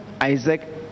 Isaac